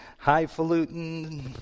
highfalutin